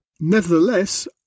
Nevertheless